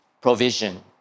provision